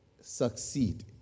succeed